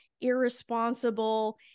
irresponsible